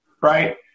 right